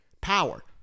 power